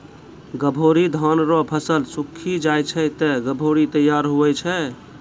गभोरी धान रो फसल सुक्खी जाय छै ते गभोरी तैयार हुवै छै